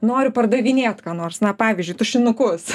noriu pardavinėt ką nors na pavyzdžiui tušinukus